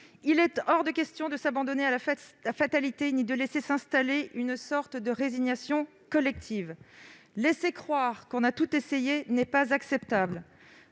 Il est hors de question de s'abandonner à la fatalité ni de laisser s'installer une sorte de résignation collective. Laisser croire que l'on a tout essayé n'est pas acceptable